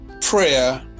prayer